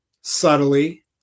subtly